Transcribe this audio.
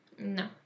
no